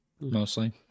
Mostly